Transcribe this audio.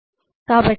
2313